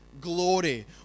glory